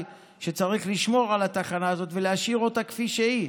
שצריך לשמור על התחנה הזאת ולהשאיר אותה כפי שהיא,